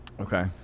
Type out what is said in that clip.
Okay